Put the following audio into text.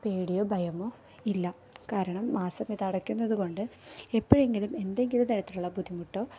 പേടിയോ ഭയമോ ഇല്ല കാരണം മാസം ഇത് അടയ്ക്കുന്നത് കൊണ്ട് എപ്പഴെങ്കിലും എന്തെങ്കിലും തരത്തിലുള്ള ബുദ്ധിമുട്ടോ